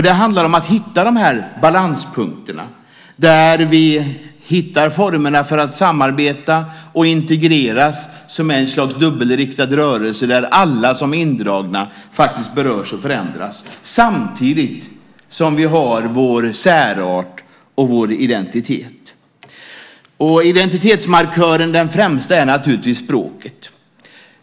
Det handlar om att hitta balanspunkterna, där vi hittar formerna för att samarbeta och integreras som ett slags dubbelriktad rörelse där alla som är indragna faktiskt berörs och förändras samtidigt som vi har vår särart och vår identitet. Den främsta identitetsmarkören är naturligtvis språket.